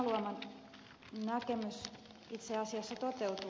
heinäluoman näkemys itse asiassa toteutuu